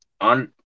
on